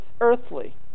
earthly